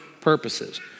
purposes